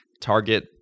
Target